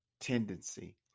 tendency